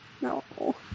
No